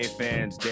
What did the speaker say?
fans